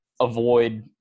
avoid